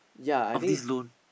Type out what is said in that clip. of this loan